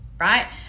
right